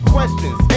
Questions